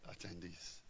attendees